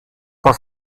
por